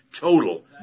total